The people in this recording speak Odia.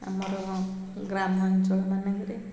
ଆମର ଗ୍ରାମାଞ୍ଚଳମାନଙ୍କରେ